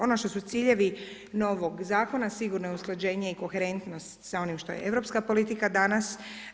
Ono što su ciljevi novog Zakona, sigurno je usklađenje i koherentnost sa onim što je europska politika danas.